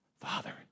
Father